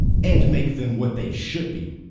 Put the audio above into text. and make them what they should be,